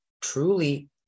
truly